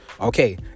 Okay